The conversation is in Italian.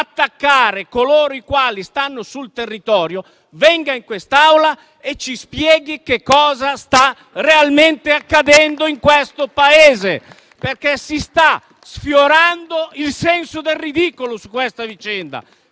attaccare coloro i quali stanno sul territorio, venga in quest'Aula e ci spieghi che cosa sta realmente accadendo in questo Paese, perché su tale vicenda si sta sfiorando il senso del ridicolo.